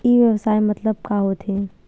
ई व्यवसाय मतलब का होथे?